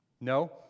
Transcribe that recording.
No